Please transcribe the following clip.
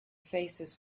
faces